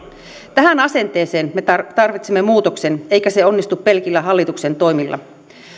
tähän asenteeseen me tarvitsemme muutoksen eikä se onnistu pelkillä hallituksen toimilla